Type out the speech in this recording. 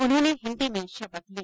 उन्होंने हिन्दी में शपथ ली